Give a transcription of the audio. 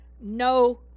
No